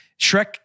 Shrek